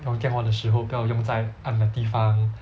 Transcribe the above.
用电话的时候不要用在暗的地方